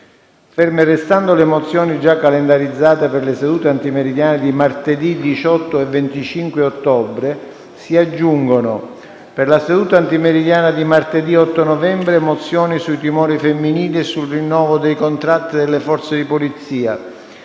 Ferme restando le mozioni già calendarizzate per le sedute antimeridiane di martedì 18 e 25 ottobre, si aggiungono, per la seduta antimeridiana di martedì 8 novembre, mozioni sui tumori femminili e sul rinnovo dei contratti delle forze di polizia;